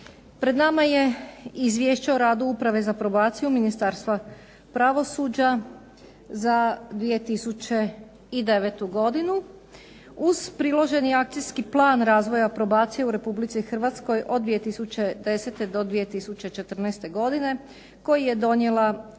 Pred nama je Izvješće o radu Uprave za probaciju Ministarstva pravosuđa za 2009. godinu, uz priloženi Akcijski plan razvoja o probaciji u Republici Hrvatskoj od 2010. do 2014. koji je donijela